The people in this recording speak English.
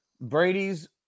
Brady's